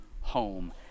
home